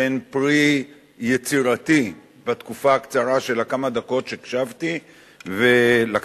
שהן פרי יצירתי בתקופה הקצרה של כמה הדקות שהקשבתי ולקחתי